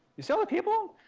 you see all the people.